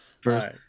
first